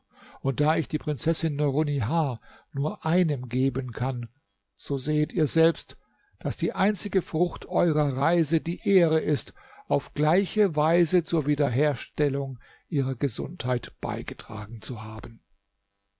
und da ich die prinzessin nurunnihar nur einem geben kann so sehet ihr selbst daß die einzige frucht eurer reise die ehre ist auf gleiche weise zur wiederherstellung ihrer gesundheit beigetragen zu haben